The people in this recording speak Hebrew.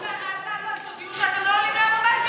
אז תודיעו שאתם לא עולים להר-הבית ביום רביעי.